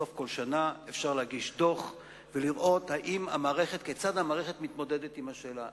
בסוף כל שנה אפשר להגיש דוח ולראות כיצד המערכת מתמודדת עם השאלה.